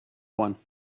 one